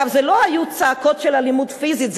אגב, אלה לא היו צעקות של אלימות פיזית.